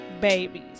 babies